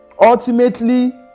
Ultimately